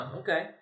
okay